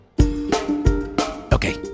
Okay